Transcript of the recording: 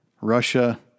Russia